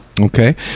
Okay